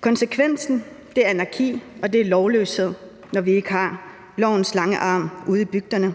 Konsekvensen er anarki og lovløshed, når vi ikke har lovens lange arm ude i bygderne.